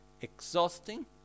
exhausting